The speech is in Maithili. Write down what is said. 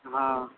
हॅं